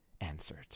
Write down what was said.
answered